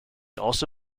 also